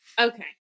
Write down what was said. Okay